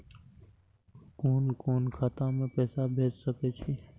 कुन कोण खाता में पैसा भेज सके छी?